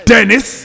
Dennis